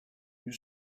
you